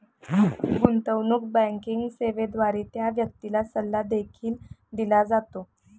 गुंतवणूक बँकिंग सेवेद्वारे त्या व्यक्तीला सल्ला देखील दिला जातो